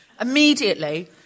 Immediately